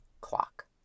clock